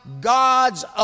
God's